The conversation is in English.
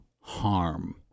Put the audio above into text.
harm